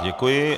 Děkuji.